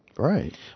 Right